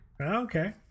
Okay